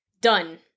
Done